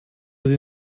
sie